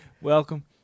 Welcome